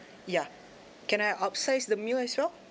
yeah can I upsize the meal as well